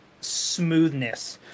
smoothness